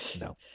no